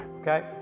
Okay